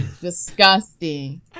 Disgusting